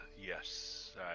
Yes